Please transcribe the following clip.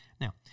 now